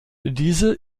diese